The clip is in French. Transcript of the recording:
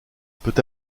peut